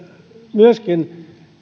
myöskin